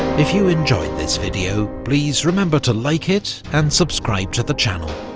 if you enjoyed this video, please remember to like it and subscribe to the channel,